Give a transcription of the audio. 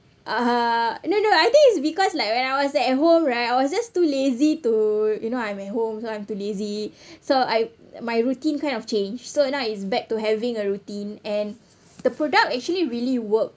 uh no no I think it's because like when I was at home right I was just too lazy to you know I'm at home so I'm too lazy so I my routine kind of change so now it's back to having a routine and the product actually really work